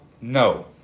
No